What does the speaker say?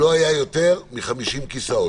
לא היו יותר מ-50 כיסאות.